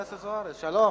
חברת הכנסת זוארץ, שלום.